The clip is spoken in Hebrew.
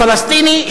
פלסטיני,